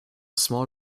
small